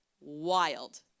wild